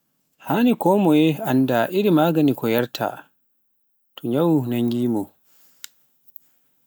haani konmoye annada iri magaani ko yarta so nyawwu nangi mun,